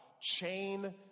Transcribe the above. chain